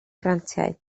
grantiau